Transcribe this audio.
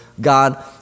God